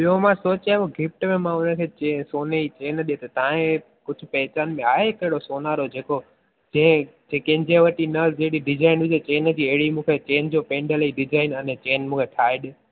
ॿियों मां सोचिया पियो गिफ्ट में मां उनखे चे सोने जी चेन ॾियां त तव्हांजे कुझु पहचान में आहे कहिड़ो सोनारो जेको जे जे कंहिंजे वटि न हुजे जो डिजाइन हुजे चेन जी अहिड़ी मूंखे चेन जो पेंडल जी डिजाइन अने चेन मूंखे ठाहे ॾिए